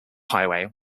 highway